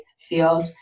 field